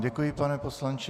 Děkuji vám, pane poslanče.